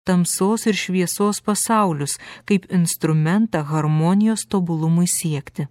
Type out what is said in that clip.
tamsos ir šviesos pasaulius kaip instrumentą harmonijos tobulumui siekti